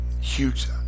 huge